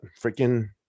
freaking